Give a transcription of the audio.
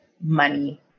money